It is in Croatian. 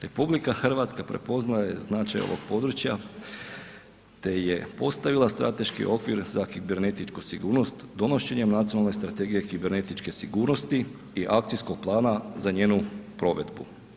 RH prepoznaje značaj ovog područja, te je postavila strateški okvir za kibernetičku sigurnost donošenjem nacionalne strategije kibernetičke sigurnosti i akcijskog plana za njenu provedbu.